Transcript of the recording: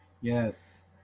Yes